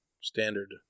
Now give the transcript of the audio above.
standard